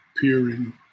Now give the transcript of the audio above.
peering